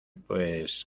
pues